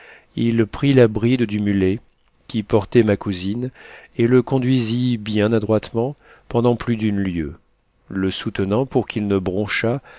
il prit la bride du mulet qui portait ma cousine et le conduisit bien adroitement pendant plus d'une lieue le soutenant pour qu'il ne bronchât